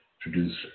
produce